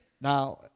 Now